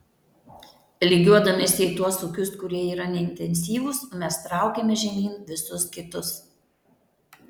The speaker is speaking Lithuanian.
lygiuodamiesi į tuos ūkius kurie yra neintensyvūs mes traukiame žemyn visus kitus